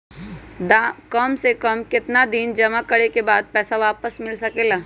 काम से कम केतना दिन जमा करें बे बाद पैसा वापस मिल सकेला?